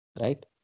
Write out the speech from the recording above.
right